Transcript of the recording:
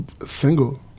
single